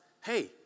hey